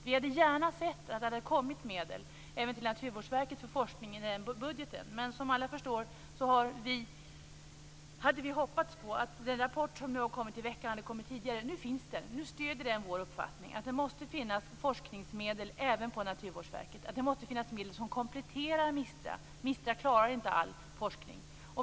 Vi hade gärna sett att det hade kommit medel i budgeten även till Naturvårdsverket för forskning, men som alla förstår hade vi hoppats på att den rapport som har kommit nu i veckan skulle ha kommit tidigare. Nu finns den, och den stöder vår uppfattning, att det måste finnas forskningsmedel även på Naturvårdsverket, att det måste finnas medel som kompletterar MISTRA. MISTRA klarar inte all forskning.